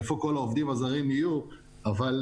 איפה כל העובדים הזרים יהיו ולכן,